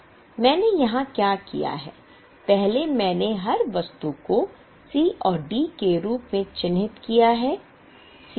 अब मैंने यहाँ क्या किया है पहले मैंने हर वस्तु को C और D के रूप में चिह्नित किया है